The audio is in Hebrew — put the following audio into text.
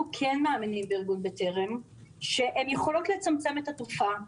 אנחנו בארגון בטרם מאמינים שהן יכולות לצמצם את התופעה.